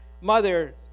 mother